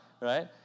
right